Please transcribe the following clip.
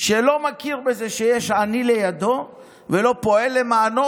ולא מכיר בזה שיש עני לידו ולא פועל למענו,